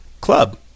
club